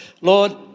Lord